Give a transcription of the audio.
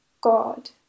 God